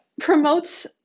promotes